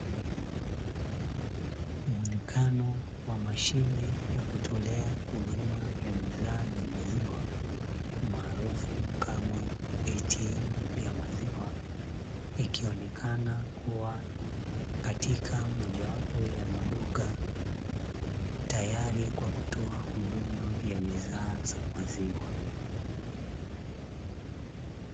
Muonekano wa mashine ya kutolea huduma ya bidhaa ya maziwa, maarufu kama "ATM ya maziwa", ikionekana kuwa katika mojawapo ya maduka, tayari kwa kutoa huduma ya bidhaa za maziwa.